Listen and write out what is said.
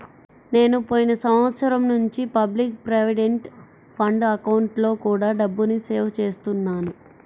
నేను పోయిన సంవత్సరం నుంచి పబ్లిక్ ప్రావిడెంట్ ఫండ్ అకౌంట్లో కూడా డబ్బుని సేవ్ చేస్తున్నాను